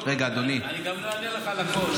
----- אני גם לא אענה לך על הכול.